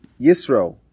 Yisro